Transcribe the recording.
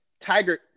Tiger